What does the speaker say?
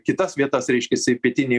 kitas vietas reiškiasi pietinėj